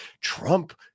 Trump